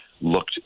looked